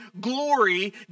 glory